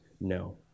no